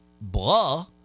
blah